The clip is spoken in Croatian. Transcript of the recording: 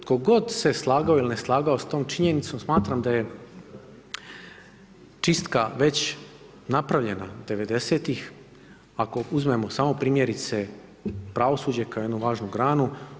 Tko god se slagao ili ne slagao sa tom činjenicom smatram da je čistka već napravljena 90-tih ako uzmemo samo primjerice pravosuđe kao jednu važnu granu.